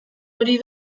hori